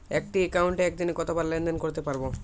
একটি একাউন্টে একদিনে কতবার লেনদেন করতে পারব?